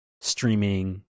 streaming